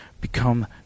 become